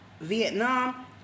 Vietnam